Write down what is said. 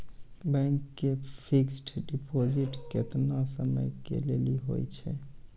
Bank मे fixed deposit केतना समय के लेली होय छै?